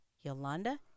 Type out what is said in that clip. Yolanda